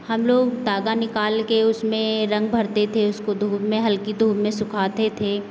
हम लोग तागा निकाल के उसमें रंग भरते थे उसको धूप में हल्की धूप में सुखाते थे